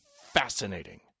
fascinating